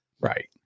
Right